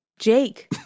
Jake